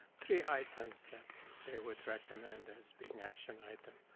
three items that they would recommend as being action item.